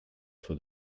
for